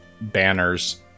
banners